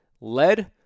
lead